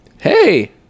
hey